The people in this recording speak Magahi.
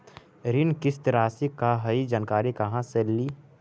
ऋण किस्त रासि का हई जानकारी कहाँ से ली?